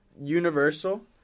Universal